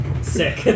Sick